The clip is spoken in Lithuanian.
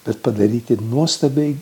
bet padaryti nuostabiai